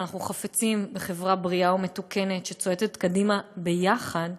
אם אנחנו חפצים בחברה בריאה ומתוקנת שצועדת קדימה ביחד,